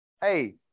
hey